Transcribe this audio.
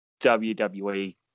WWE